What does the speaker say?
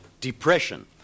depression